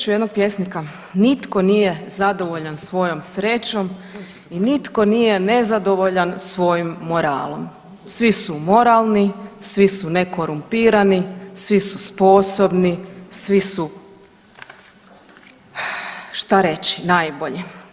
ću jednog pjesnika: „Nitko nije zadovoljan svojom srećom i nitko nije nezadovoljan svojim moralom.“ Svi su moralni, svi su nekorumpirani, svi su sposobni, svi su što reći, najbolji.